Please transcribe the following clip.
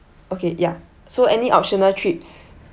okay ya so any optional trips